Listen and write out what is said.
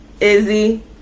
Izzy